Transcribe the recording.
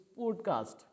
podcast